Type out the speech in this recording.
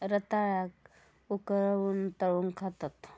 रताळ्याक उकळवून, तळून खातत